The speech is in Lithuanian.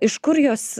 iš kur jos